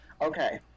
Okay